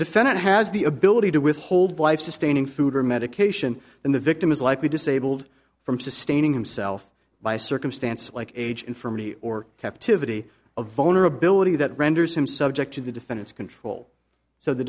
defendant has the ability to withhold life sustaining food or medication then the victim is likely disabled from sustaining himself by circumstances like age in for me or captivity a vulnerability that renders him subject to the defendant's control so the